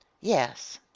yes